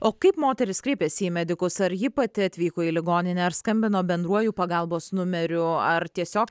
o kaip moteris kreipėsi į medikus ar ji pati atvyko į ligoninę ar skambino bendruoju pagalbos numeriu ar tiesiog